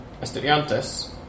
Estudiantes